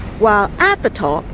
while at the top,